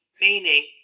meaning